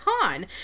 con